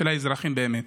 של האזרחים באמת.